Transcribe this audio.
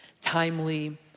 timely